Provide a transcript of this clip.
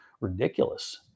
ridiculous